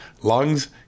lungs